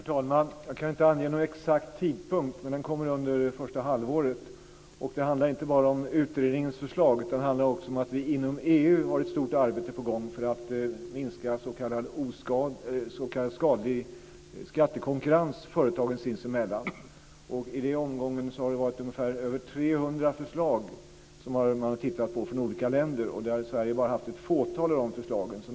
Herr talman! Jag kan inte ange någon exakt tidpunkt. Men den kommer att vara klar under det första halvåret. Det handlar inte bara om utredningens förslag, utan det handlar också om att vi inom EU har ett stort arbete på gång för att minska s.k. skadlig skattekonkurrens företagen sinsemellan. Det har funnits ungefär 300 förslag från olika länder som man har tittat på, och Sverige har haft bara ett fåtal av dessa förslag.